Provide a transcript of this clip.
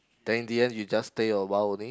then in the end you just stay awhile only